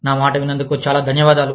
నా మాట విన్నందుకు చాలా ధన్యవాదాలు